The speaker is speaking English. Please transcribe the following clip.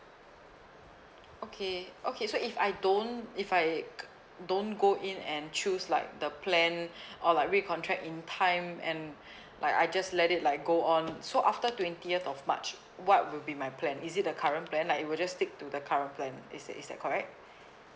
okay okay so if I don't if I don't go in and choose like the plan or like recontract in time and like I just let it like go on so after twentieth of march what will be my plan is it the current plan like it will just stick to the current plan is that is that correct